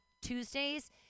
tuesdays